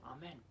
Amen